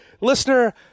listener